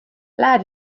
läheb